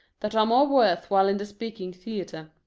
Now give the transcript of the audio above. that are more worth while in the speaking theatre.